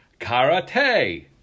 Karate